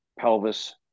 Pelvis